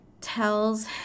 tells